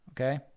okay